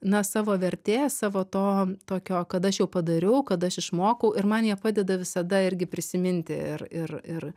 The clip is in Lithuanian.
na savo vertės savo to tokio kad aš jau padariau kad aš išmokau ir man jie padeda visada irgi prisiminti ir ir ir